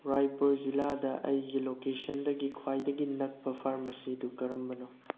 ꯔꯥꯏꯄꯨꯔ ꯖꯤꯂꯥꯗ ꯑꯩꯒꯤ ꯂꯣꯀꯦꯁꯟꯗꯒꯤ ꯈ꯭ꯋꯥꯏꯗꯒꯤ ꯅꯛꯄ ꯐꯥꯔꯃꯥꯁꯤꯗꯨ ꯀꯔꯝꯕꯅꯣ